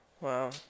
Wow